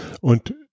und